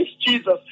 Jesus